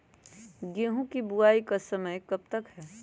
गेंहू की बुवाई का समय कब तक है?